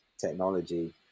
technology